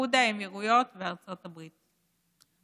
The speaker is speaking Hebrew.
איחוד האמירויות וארצות הברית.